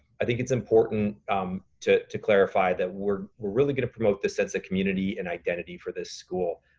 i think it's important to to clarify that we're really going to promote the sense of community and identity for this school.